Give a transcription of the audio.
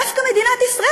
דווקא מדינת ישראל,